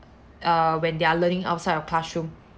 err when they are learning outside of classroom